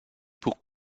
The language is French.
pour